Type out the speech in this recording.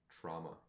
trauma